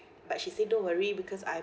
but she say don't worry because I